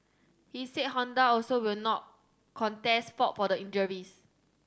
he said Honda also will not contest fault for the injuries